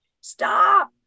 stop